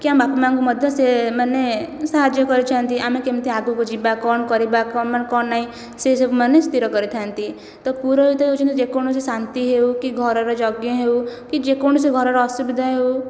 କି ଆମ ବାପା ମାଆଙ୍କୁ ମଧ୍ୟ ସେ ମାନେ ସାହାଯ୍ୟ କରିଛନ୍ତି ଆମେ କେମିତି ଆଗକୁ ଯିବା କ'ଣ କରିବା କ'ଣ ମାନେ କ'ଣ ନାହିଁ ସେ ସେମାନେ ସ୍ଥିର କରିଥାନ୍ତି ତ ପୁରୋହିତ ହେଉଛନ୍ତି ଯେକୌଣସି ଶାନ୍ତି ହେଉ କି ଘରର ଯଜ୍ଞ ହେଉ କି ଯେକୌଣସି ଘରର ଅସୁବିଧା ହେଉ